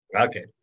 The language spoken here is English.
Okay